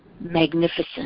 magnificent